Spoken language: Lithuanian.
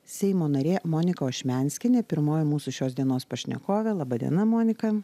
seimo narė monika ošmenskienė pirmoji mūsų šios dienos pašnekovė laba diena monika